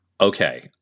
Okay